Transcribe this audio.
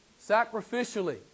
sacrificially